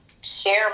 share